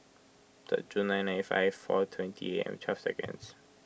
third June nineteen ninety five four twenty A M twelve seconds